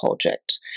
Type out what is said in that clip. project